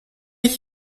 ich